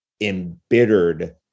embittered